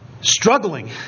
struggling